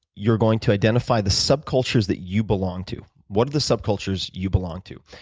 you're going to identify the subcultures that you belong to. what are the subcultures you belong to?